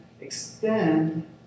extend